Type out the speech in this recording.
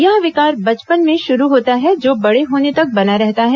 यह विकार बचपन में शुरू होता है जो बड़े होने तक बना रहता है